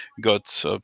got